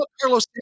Carlos